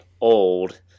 old